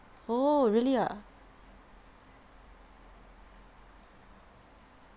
oh really ah